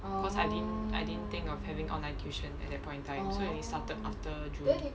cause I didn't I didn't think of having online tuition at that point in time so only started after june